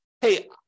hey